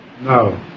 No